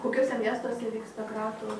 kokiuose miestuose vyksta kratos